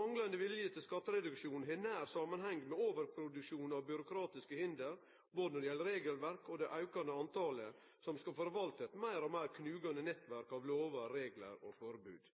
Manglande vilje til skattereduksjon har nær samanheng med overproduksjon av byråkratiske hinder når det gjeld både regelverket og det aukande talet på dei som skal forvalte eit meir og meir knuande nettverk av lover, reglar og forbod.